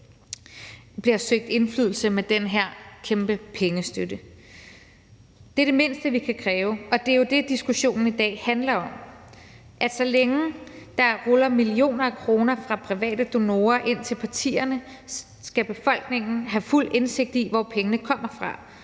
bliver søgt indflydelse med den her kæmpe pengestøtte. Det er det mindste, vi kan kræve, og det er jo det, diskussionen er i dag handler om, nemlig at så længe der ruller millioner af kroner fra private donorer ind til partierne, skal befolkningen have fuld indsigt i, hvor pengene kommer fra,